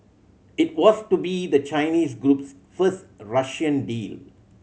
it was to be the Chinese group's first Russian deal